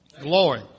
Glory